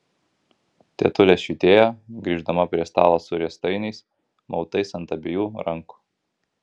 tetulė švytėjo grįždama prie stalo su riestainiais mautais ant abiejų rankų